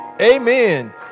amen